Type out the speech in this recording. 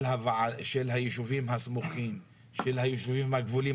היישובים הסמוכים ושל היישובים הגבוליים.